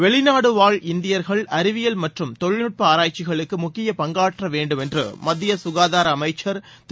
வெளிநாடு வாழ் இந்தியர்கள் அறிவியல் மற்றும் தொழில்நுட்ப ஆராய்ச்சிகளுக்கு முக்கிய பங்காற்ற வேண்டும் என்று மத்திய சுகாதார அமைச்சர் திரு